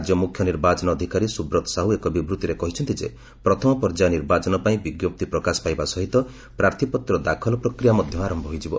ରାଜ୍ୟ ମୁଖ୍ୟ ନିର୍ବାଚନ ଅଧିକାରୀ ସୁବ୍ରତ ସାହୁ ଏକ ବିବୃତ୍ତିରେ କହିଛନ୍ତି ଯେ ପ୍ରଥମ ପର୍ଯ୍ୟାୟ ନିର୍ବାଚନ ପାଇଁ ବିଞ୍ଜପ୍ତି ପ୍ରକାଶ ପାଇବା ସହିତ ପ୍ରାର୍ଥୀପତ୍ର ଦାଖଲ ପ୍ରକ୍ରିୟା ମଧ୍ୟ ଆରମ୍ଭ ହୋଇଯିବ